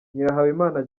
nyirahabimana